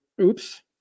oops